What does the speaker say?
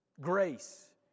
grace